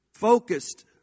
Focused